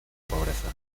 pobreza